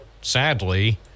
sadly